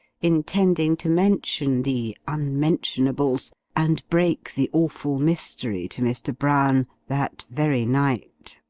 intending to mention the unmentionables, and break the awful mystery to mr. brown, that very night.